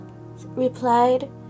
replied